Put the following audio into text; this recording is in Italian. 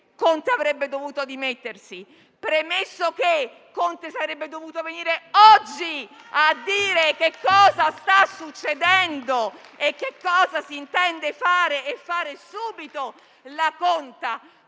Conte avrebbe dovuto dimettersi e sarebbe dovuto venire oggi a dire che cosa sta succedendo, che cosa si intende fare e procedere subito alla conta.